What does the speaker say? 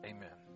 Amen